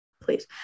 Please